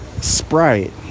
Sprite